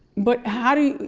but how do you,